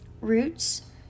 roots